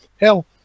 hell